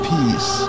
Peace